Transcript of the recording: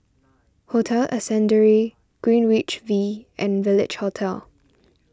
Hotel Ascendere Greenwich V and Village Hotel